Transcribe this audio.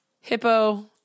Hippo